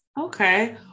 Okay